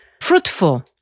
fruitful